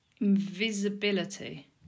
Invisibility